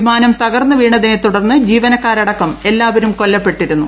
വിമാനമ്പ് ത്തകർന്നുവീണതിനെ തുടർന്ന് ജീവനക്കാരടക്കം എല്ലാവുരും കൊല്ലപ്പെട്ടിരുന്നു